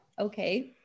okay